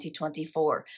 2024